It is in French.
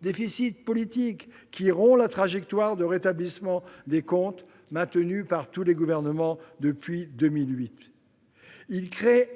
déficit politique » qui rompt la trajectoire de rétablissement des comptes maintenue par tous les gouvernements depuis 2008. Il crée